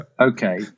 okay